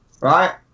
right